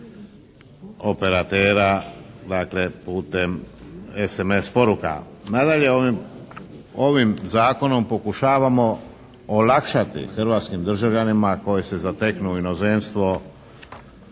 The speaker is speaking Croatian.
operatera. Dakle, putem SMS poruka. Nadalje, ovim zakonom pokušavamo olakšati hrvatskim državljanima koji se zateknu u inozemstvu